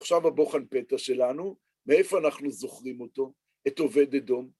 עכשיו הבוחן פתע שלנו, מאיפה אנחנו זוכרים אותו, את עובד אדום?